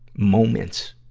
moments